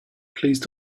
please